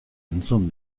entzun